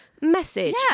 message